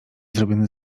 zrobiony